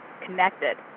connected